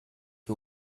you